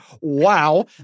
Wow